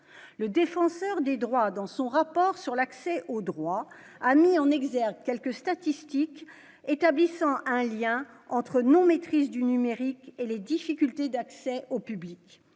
le défenseur des droits, dans son rapport sur l'accès au droit, a mis en exergue quelques statistiques établissant un lien entre non-maîtrise du numérique et les difficultés d'accès au public,